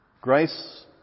Grace